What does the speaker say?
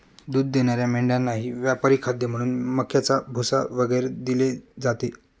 दूध देणाऱ्या मेंढ्यांनाही व्यापारी खाद्य म्हणून मक्याचा भुसा वगैरे दिले जाते